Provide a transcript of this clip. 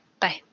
Bye